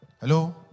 Hello